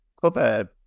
cover